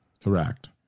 Correct